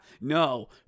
No